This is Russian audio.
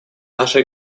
наша